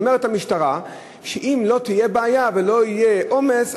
אומרת המשטרה שאם לא תהיה בעיה ולא יהיה עומס,